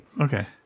Okay